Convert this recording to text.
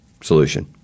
solution